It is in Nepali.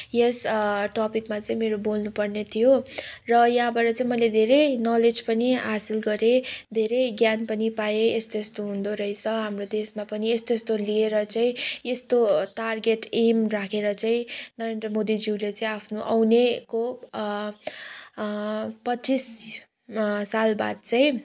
यस टपिकमा चाहिँ मेरो बोल्नु पर्ने थियो र यहाँबाट चाहिँ मैले धेरै नलेज पनि हासिल गरेँ धेरै ज्ञान पनि पाएँ यस्तो यस्तो हुँदो रहेछ हाम्रो देशमा पनि यस्तो यस्तो लिएर चाहिँ यस्तो तारगेट एम राखेर चाहिँ नरेन्द्र मोदीज्यूले चाहिँ आफ्नो आउनेको पच्चिस सालबाद चाहिँ